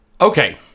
Okay